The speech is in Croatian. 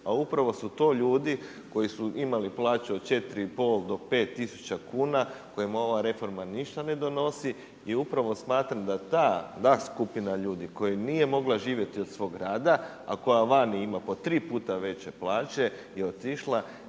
a upravo su to ljudi koji su imali plaću od 4 i pol do 5000 kuna kojima ova reforma ništa ne donosi i upravo smatram da ta skupina ljudi koja nije mogla živjeti od svog rada, a koja vani ima po tri puta veće plaće je otišla